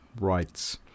rights